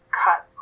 cut